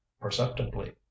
perceptibly